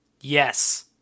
Yes